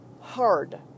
hard